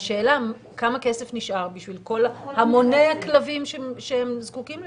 והשאלה כמה כסף נשאר בשביל המוני הכלבים שזקוקים לזה,